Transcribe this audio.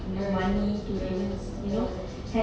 mm mm mm